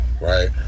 Right